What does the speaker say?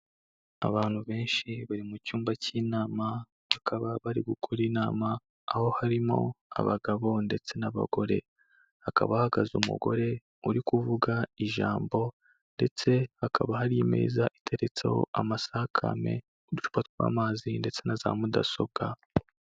Abantu benshi bari mu cyumba cy'inama, bakaba bari gukora inama, aho harimo abagabo ndetse n'abagore, hakaba hahagaze umugore uri kuvuga ijambo ndetse hakaba hari imeza iteretseho amasakame n'uducupa tw'amazi ndetse na za mudasobwa.